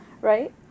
right